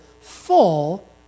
full